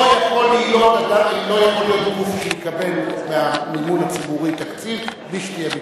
לא יכול להיות שגוף יקבל במימון הציבורי תקציב בלי שתהיה ביקורת.